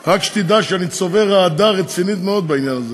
זה עובר לוועדת הכנסת לקביעת הוועדה שתמשיך את הטיפול בהצעת החוק הזאת.